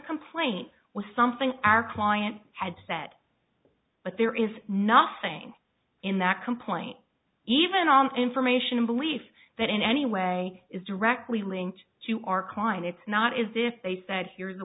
complaint was something our client had said but there is nothing in that complaint even on information a belief that in any way is directly linked to our client it's not is if they said